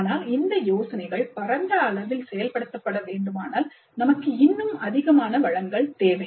ஆனால் இந்த யோசனைகள் பரந்த அளவில் செயல்படுத்தப்பட வேண்டுமானால் நமக்கு இன்னும் அதிகமான வளங்கள் தேவை